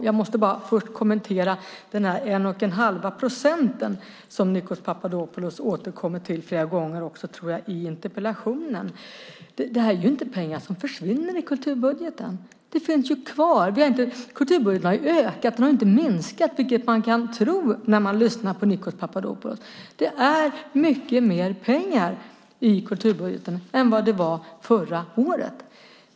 Jag måste bara först kommentera den 1 1⁄2 procent som Nikos Papadopoulos återkommer till flera gånger, också i interpellationen. Det här är inte pengar som försvinner ur kulturbudgeten - de finns ju kvar. Kulturbudgeten har ökat, inte minskat, vilket man kan tro när man lyssnar på Nikos Papadopoulos. Det är mycket mer pengar i kulturbudgeten än vad det var förra året.